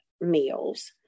meals